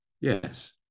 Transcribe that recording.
yes